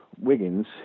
Wiggins